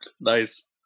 Nice